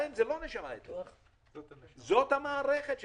להם זה לא נשמה יתרה, זאת המערכת שלהם.